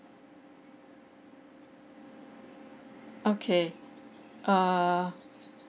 okay err